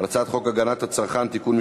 הצעת חוק הגנת הצרכן (תיקון,